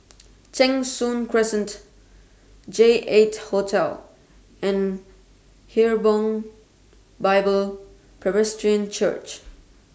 Cheng Soon Crescent J eight Hotel and Hebron Bible Presbyterian Church